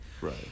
Right